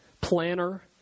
planner